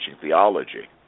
theology